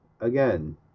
again